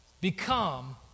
become